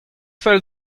fell